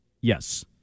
Yes